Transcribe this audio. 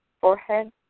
forehead